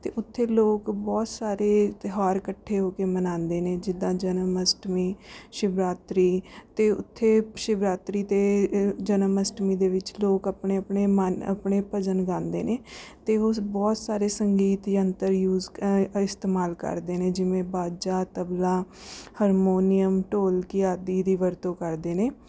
ਅਤੇ ਉੱਥੇ ਲੋਕ ਬਹੁਤ ਸਾਰੇ ਤਿਉਹਾਰ ਇੱਕਠੇ ਹੋ ਕੇ ਮਨਾਉਂਦੇ ਨੇ ਜਿੱਦਾਂ ਜਨਮ ਅਸ਼ਟਮੀ ਸ਼ਿਵਰਾਤਰੀ ਅਤੇ ਉੱਥੇ ਸ਼ਿਵਰਾਤਰੀ 'ਤੇ ਜਨਮ ਅਸ਼ਟਮੀ ਦੇ ਵਿੱਚ ਲੋਕ ਆਪਣੇ ਆਪਣੇ ਮਨ ਆਪਣੇ ਭਜਨ ਗਾਉਂਦੇ ਨੇ ਅਤੇ ਉਸ ਬਹੁਤ ਸਾਰੇ ਸੰਗੀਤ ਯੰਤਰ ਯੂਸ ਕ ਇਸਤੇਮਾਲ ਕਰਦੇ ਨੇ ਜਿਵੇਂ ਵਾਜਾ ਤਬਲਾ ਹਾਰਮੋਨੀਅਮ ਢੋਲਕੀ ਆਦਿ ਦੀ ਵਰਤੋਂ ਕਰਦੇ ਨੇ